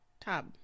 Tab